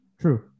True